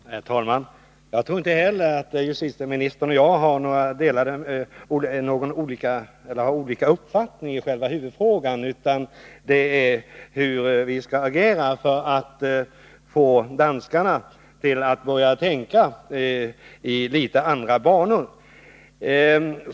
Herr talman! Jag tror inte heller att justitieministern och jag har olika uppfattningar i själva huvudfrågan, utan det gäller frågan hur vi skall agera för att få danskarna att börja tänka i litet andra banor.